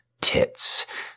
tits